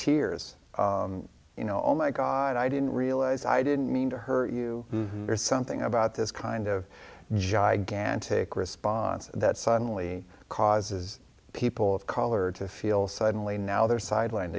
s you know oh my god i didn't realize i didn't mean to hurt you there's something about this kind of gigantic response that suddenly causes people of color to feel suddenly now they're sideline